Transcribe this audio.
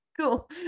cool